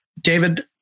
David